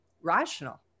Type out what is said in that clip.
rational